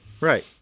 Right